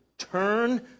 Turn